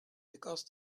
because